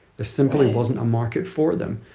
there simply wasn't a market for them.